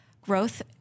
growth